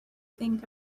think